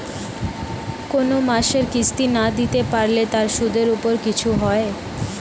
কোন মাসের কিস্তি না দিতে পারলে তার সুদের উপর কিছু হয়?